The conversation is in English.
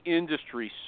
industry